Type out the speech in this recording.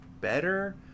better